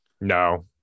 No